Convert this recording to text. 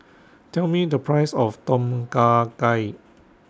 Tell Me The Price of Tom Kha Gai